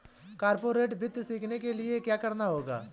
corporate वित्त सीखने के लिया क्या करना होगा